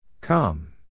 come